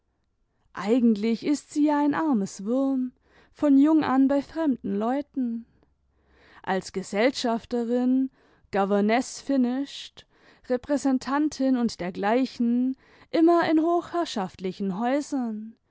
eigentlich ist sie ja ein armes wurm von jung an bei fremden leuten als gesellschafterin governess finished repräsentantin und dergleichen immer in hochherrschafttagebttcfa